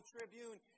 Tribune